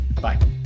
Bye